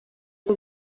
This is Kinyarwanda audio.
bwo